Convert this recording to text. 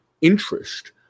interest